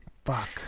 Fuck